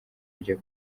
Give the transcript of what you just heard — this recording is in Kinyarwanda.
kujya